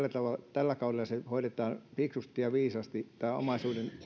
tällä kaudella hoidetaan fiksusti ja viisaasti tämä omaisuuden